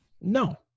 No